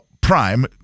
Prime